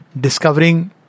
discovering